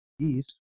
East